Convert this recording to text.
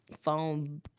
phone